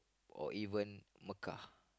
or even Mocha